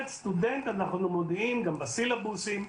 אנחנו מודיעים גם בסילבוסים,